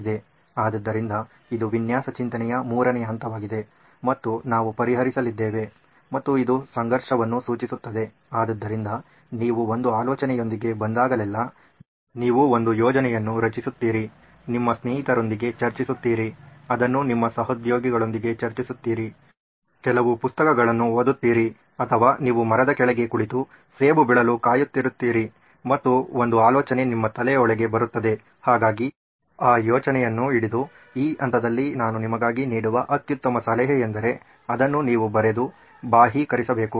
ಆದ್ದರಿಂದ ಇದು ವಿನ್ಯಾಸ ಚಿಂತನೆಯ ಮೂರನೇ ಹಂತವಾಗಿದೆ ಮತ್ತು ನಾವು ಪರಿಹರಿಸಲಿದ್ದೆವೆ ಮತ್ತು ಇದು ಸಂಘರ್ಷವನ್ನು ಸೂಚಿಸುತ್ತದೆ ಆದ್ದರಿಂದ ನೀವು ಒಂದು ಆಲೋಚನೆಯೊಂದಿಗೆ ಬಂದಾಗಲೆಲ್ಲಾ ನೀವು ಒಂದು ಯೋಜನೆಯನ್ನು ರಚಿಸುತ್ತೀರಿ ನಿಮ್ಮ ಸ್ನೇಹಿತರೊಂದಿಗೆ ಚರ್ಚಿಸುತ್ತೀರಿ ಅದನ್ನು ನಿಮ್ಮ ಸಹೋದ್ಯೋಗಿಗಳೊಂದಿಗೆ ಚರ್ಚಿಸುತ್ತೀರಿ ಕೆಲವು ಪುಸ್ತಕಗಳನ್ನು ಓದುತ್ತೀರಿ ಅಥವಾ ನೀವು ಮರದ ಕೆಳಗೆ ಕುಳಿತು ಸೇಬು ಬೀಳಲು ಕಾಯುತ್ತಿರುತ್ತೀರಿ ಮತ್ತು ಒಂದು ಆಲೋಚನೆ ನಿಮ್ಮ ತಲೆಯೊಳಗೆ ಬರುತ್ತದೆ ಹಾಗಾಗಿ ಆ ಯೋಚನೆಯನ್ನು ಹಿಡಿದು ಈ ಹಂತದಲ್ಲಿ ನಾನು ನಿಮಗಾಗಿ ನೀಡುವ ಅತ್ಯುತ್ತಮ ಸಲಹೆಯೆಂದರೆ ಅದನ್ನು ನೀವು ಬರೆದು ಬಾಹ್ಯೀಕರಿಸಬೇಕು